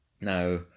Now